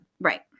right